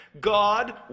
God